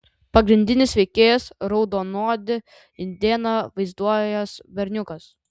pagrindinis veikėjas raudonodį indėną vaizduojąs berniukas